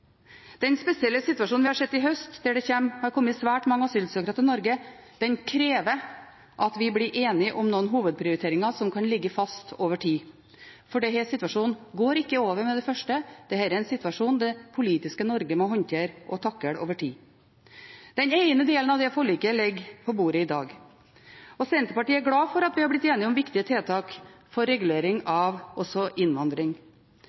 Den spesielle situasjonen vi har sett i høst, der det har kommet svært mange asylsøkere til Norge, krever at vi blir enige om noen hovedprioriteringer som kan ligge fast over tid, for denne situasjonen går ikke over med det første. Dette er en situasjon som det politiske Norge må håndtere og takle over tid. Den ene delen av det forliket ligger på bordet i dag, og Senterpartiet er glad for at vi har blitt enige om viktige tiltak for regulering av også innvandring.